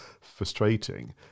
frustrating